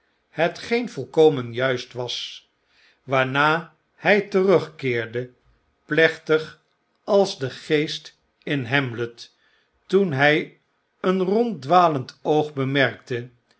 volkomen juist was waarna hfl terugkeerde plechtig als de geest in hamlet toen hy een ronddwalend oog bemerkte